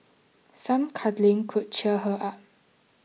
some cuddling could cheer her up